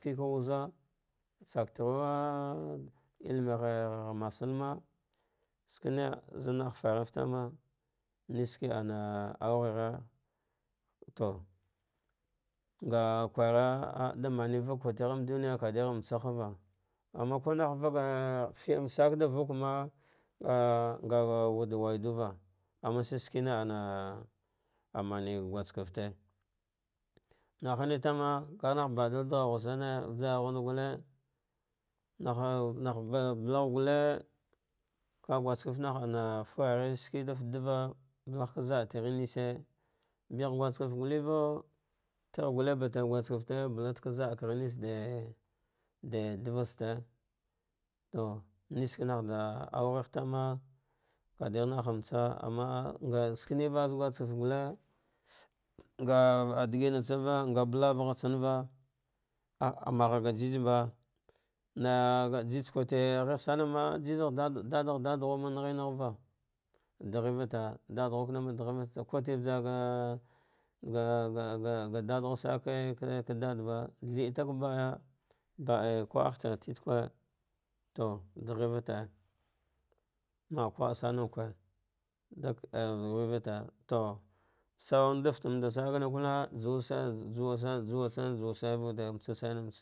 Pucwuza tsataru ah dlmegha masalma so zanah faraf tama, neske ana augheghe to nga kwara da mane vagkwartighe mba duna kadehgh matsa hava, amma kunah va feɗamasaka da vukma ah nga wude wan una, amma shikina a amane guske fte na ne tama, ka ghanah badil da ghabusane uajar ghina galle nah ahah a bal a gha gulle aka fuske fte nah furaghai sheda fate dava, kaza al tare neshi bagh guske fte gullaca, tar fule batar guske fte, balate ka za ka gha neshin de de davaste to neske na ghaf dugh tama, kadih nah matsa, amma skenevas haz guske fte gute nga digma tsan uda ngel belaugha tsanva ah a magha ga jijiba na jiji na kwarte ghighe sanama jijigh kurte dadaghuma na ghanva daghevate dadaghuma kana kaghevate, kurete vasarge ga ga sa dadagha sane ka ke dada ba thrte ka baya ba'ie kwadigh tat triteque ti daghevate maah kwa ah saman qwe, dive aja vaguvata to sawan da fate manda sankana juwa sane dua asane mbatse wude.